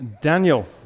Daniel